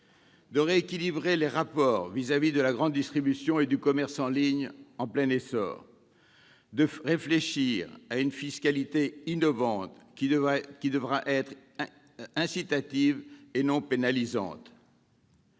de rééquilibrer les rapports vis-à-vis de la grande distribution et du commerce en ligne, en plein essor, et de réfléchir à une fiscalité innovante, qui devra être incitative et non pénalisante.